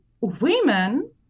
women